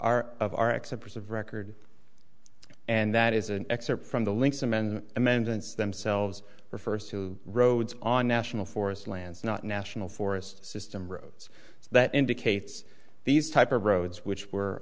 our of our acceptance of record and that is an excerpt from the links amend amendments themselves refers to roads on national forest lands not national forest system roads that indicates these type of roads which were